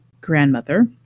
grandmother